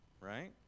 right